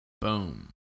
Boom